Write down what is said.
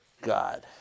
God